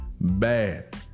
bad